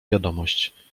wiadomość